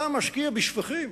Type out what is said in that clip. אתה משקיע בשפכים